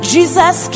Jesus